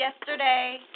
Yesterday